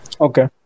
okay